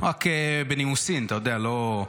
רק בנימוסים, אתה יודע, לא.